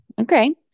Okay